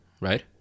right